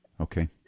Okay